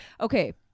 okay